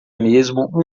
mesmo